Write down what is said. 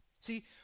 See